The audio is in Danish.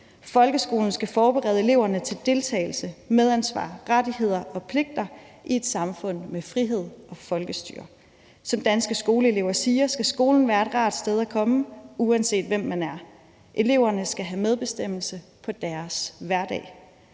Folkeskolen skal forberede eleverne til deltagelse, medansvar, rettigheder og pligter i et samfund med frihed og folkestyre. Som Danske Skoleelever siger, skal skolen være et rart sted at komme, uanset hvem man er. Eleverne skal have medbestemmelse på deres egen hverdag.